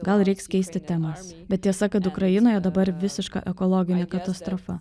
gal reiks keisti temas bet tiesa kad ukrainoje dabar visiška ekologinė katastrofa